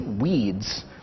weeds